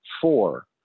four